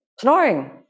snoring